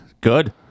Good